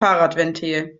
fahrradventil